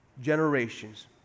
generations